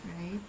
right